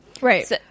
Right